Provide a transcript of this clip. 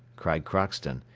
cried crockston,